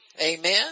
Amen